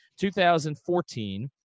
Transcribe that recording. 2014